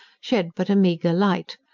shed but a meagre light,